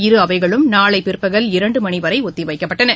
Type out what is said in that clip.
இரு அவைகளும் நாளை பிற்பகல் இரண்டு மணி வரை ஒத்திவைக்கப்பட்டன